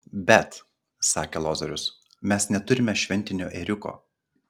bet sakė lozorius mes neturime šventinio ėriuko